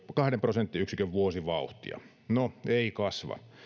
kahden prosenttiyksikön vuosivauhtia no ei kasva